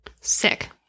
Sick